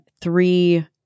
three